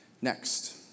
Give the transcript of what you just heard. Next